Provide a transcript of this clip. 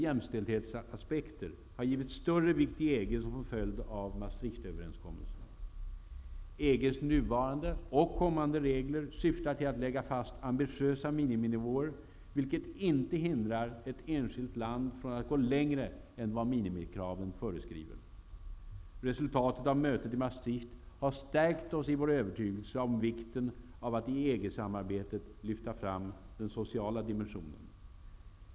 jämställdhetsaspekter har givits större vikt i EG som följd av Maastrichtöverenskommelsen. EG:s nuvarande och kommande regler syftar till att lägga fast ambitiösa miniminivåer, vilket inte hindrar ett enskilt land från att gå längre än vad minimikraven föreskriver. Resultatet av mötet i Maastricht har stärkt oss i vår övertygelse om vikten av att i EG-samarbetet lyfta fram den sociala dimensionen.